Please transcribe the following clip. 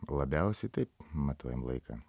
labiausiai taip matuojam laiką